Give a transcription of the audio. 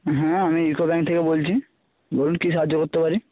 হ্যাঁ আমি UCO bank থেকে বলছি বলুন কী সাহায্য করতে পারি